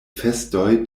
festoj